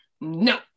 no